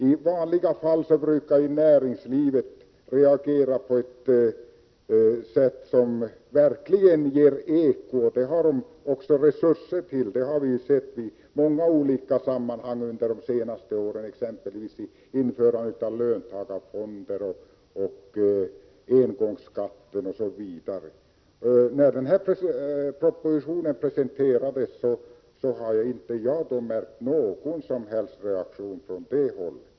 I vanliga fall brukar näringslivet reagera på ett sätt som verkligen ger eko — det har man där också resurser till; det har vi sett i många olika sammanhang under de senaste åren, exempelvis vid införandet av löntagarfonder, inför beslutet om engångsskatten, osv. Sedan propositionen presenterades har jag inte märkt någon som helst reaktion från det hållet.